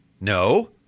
No